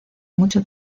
mucho